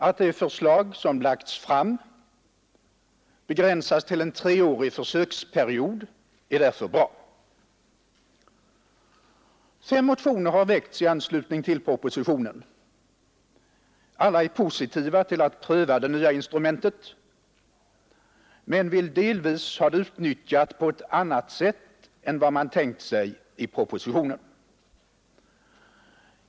Att det förslag som lagts fram begränsas till en treårig försöksperiod är därför bra. Fem motioner har väckts i anslutning till propositionen. Alla är positiva till att pröva det nya instrumentet men vill delvis ha det utnyttjat på ett annat sätt än man tänkt sig i propositionen.